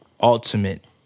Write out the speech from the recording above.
ultimate